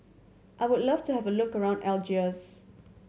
I would like to have a look around Algiers